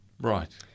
Right